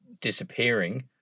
disappearing